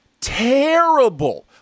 terrible